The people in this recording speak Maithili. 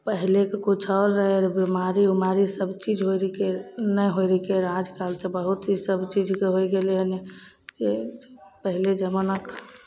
पहिले कऽ किछु आओर रहै बिमारी ओमारी सभचीज होइके नहि होइके रहिके आज कल तऽ बहुत ही सभचीजके होइ गेलै हन पहिले जबाना कऽ